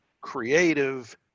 creative